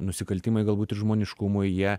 nusikaltimai galbūt ir žmoniškumui jie